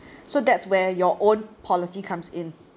so that's where your own policy comes in